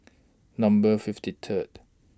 Number fifty Third